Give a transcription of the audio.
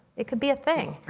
it could be a thing.